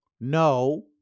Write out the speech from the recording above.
No